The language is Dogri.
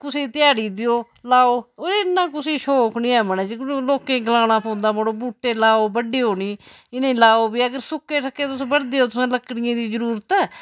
कुसै गी ध्याड़ी देओ लाओ ओह् इ'न्ना कुसै शौक नी ऐ मनै च लोकें गलाना पौंदा मड़ो बूह्टे लाओ बड्डेओ नेईं इनेंगी लाओ फ्ही अगर सुक्के सक्के तुस बड्डदे ओ तुसेंगी लकड़ियें दी जरूरत ऐ